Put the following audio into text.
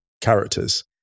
characters